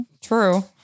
true